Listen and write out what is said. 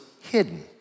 hidden